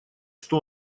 что